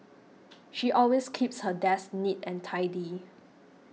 she always keeps her desk neat and tidy